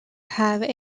have